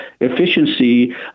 efficiency